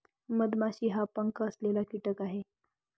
मधमाशी हा पंख असलेला कीटक आहे